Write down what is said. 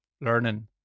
learning